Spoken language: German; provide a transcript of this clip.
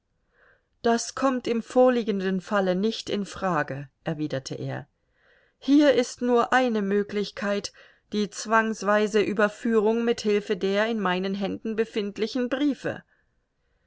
das kommt im vorliegenden falle nicht in frage erwiderte er hier ist nur eine möglichkeit die zwangsweise überführung mit hilfe der in meinen händen befindlichen briefe